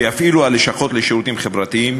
שיפעילו הלשכות לשירותים חברתיים.